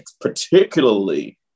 particularly